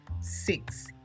six